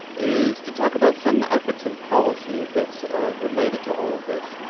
is to talk about some ethics and policy that's related to all of this.